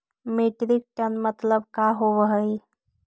Metric ton मतलब का होव हइ?